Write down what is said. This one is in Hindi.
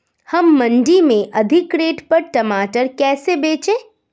हम मंडी में अधिक रेट पर टमाटर कैसे बेचें?